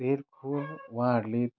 धेर थोर उहाँहरूले